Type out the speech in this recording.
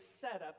setup